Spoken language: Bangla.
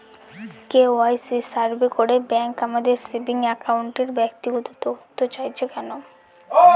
কে.ওয়াই.সি সার্ভে করে ব্যাংক আমাদের সেভিং অ্যাকাউন্টের ব্যক্তিগত তথ্য চাইছে কেন?